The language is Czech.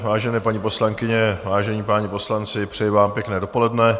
Vážené paní poslankyně, vážení páni poslanci, přeji vám pěkné dopoledne.